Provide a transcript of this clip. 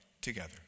together